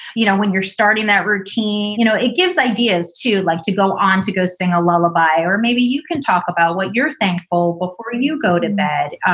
you know, when you're starting that routine, you know, it gives ideas to like to go on to go sing a lullaby. or maybe you can talk about what you're thankful before you go to bed.